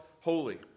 holy